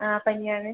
ആ പനിയാണ്